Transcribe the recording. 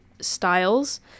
styles